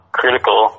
critical